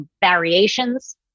variations